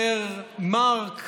סר מרק